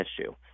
issue